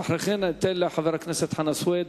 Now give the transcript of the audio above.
ואחר כך אני אתן לחבר הכנסת חנא סוייד